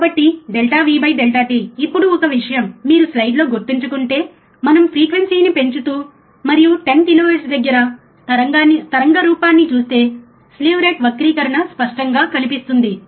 కాబట్టి ∆V ∆t ఇప్పుడు ఒక విషయం మీరు స్లైడ్లో గుర్తుంచుకుంటే మనము ఫ్రీక్వెన్సీని పెంచుతూ మరియు 10 కిలోహెర్ట్జ్ దగ్గర తరంగ రూపాన్ని చూస్తే స్లీవ్ రేట్ వక్రీకరణ స్పష్టంగా కనిపిస్తుంది